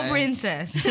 Princess